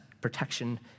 protection